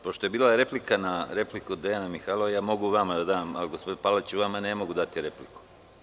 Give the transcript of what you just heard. Pošto je bila replika na repliku Dejana Mihajlova, ja mogu vama da dam reč, ali gospodinu Palaliću ne mogu dati pravo na repliku.